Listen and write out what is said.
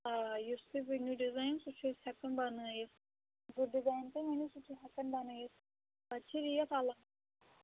آ یُس تُہۍ ؤنِو ڈِزایِن سُہ چھِ أسۍ ہٮ۪کَان بَنٲیِتھ یُس ڈِزایِن تُہۍ ؤنِو سُہ چھُ ہٮ۪کَان بَنٲیِتھ پَتہٕ چھِ ریٹ اَلگ